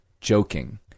joking